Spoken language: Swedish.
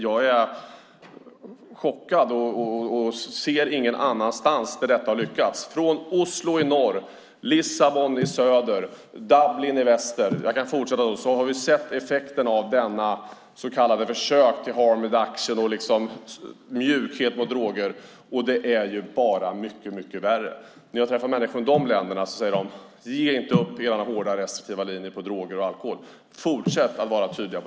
Jag är chockad. Jag ser ingenstans där det har lyckats. Från Oslo i norr till Lissabon i söder och Dublin i väster har vi sett effekten av detta försök till "harm reduction" och mjukhet mot droger. Det blir mycket värre. När jag träffar människor från de länderna säger de: Ge inte upp era hårda restriktiva linjer när det gäller droger och alkohol! Fortsätt att vara tydliga!